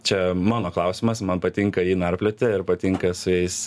čia mano klausimas man patinka jį narplioti ir patinka su jais